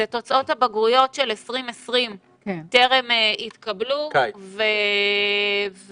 תוצאות הבגרויות של 2020 טרם התקבלו, יש